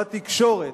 בתקשורת,